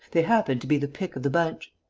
they happen to be the pick of the bunch.